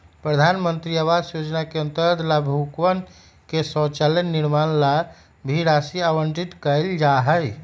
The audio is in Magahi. प्रधान मंत्री आवास योजना के अंतर्गत लाभुकवन के शौचालय निर्माण ला भी राशि आवंटित कइल जाहई